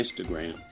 Instagram